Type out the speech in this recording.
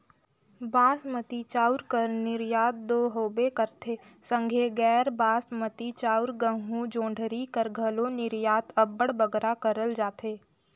बासमती चाँउर कर निरयात दो होबे करथे संघे गैर बासमती चाउर, गहूँ, जोंढरी कर घलो निरयात अब्बड़ बगरा करल जाथे